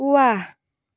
ৱাহ